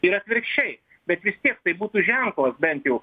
ir atvirkščiai bet vis tiek tai būtų ženklas bent jau